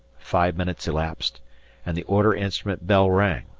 five minutes elapsed and the order instrument bell rang,